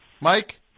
Mike